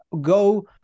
Go